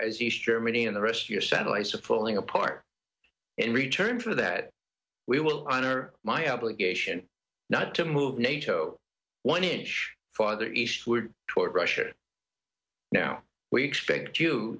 as east germany and the rest your satellites of falling apart in return for that we will honor my obligation not to move nato one inch father eastward toward russia now we expect you